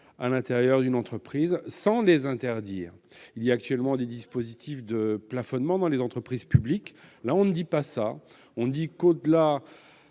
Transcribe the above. à l'intérieur d'une entreprise, sans les interdire. Il existe actuellement des dispositifs de plafonnement dans les entreprises publiques. Nous proposons que, au-delà